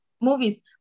movies